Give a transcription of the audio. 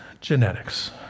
genetics